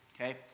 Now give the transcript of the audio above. okay